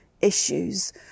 issues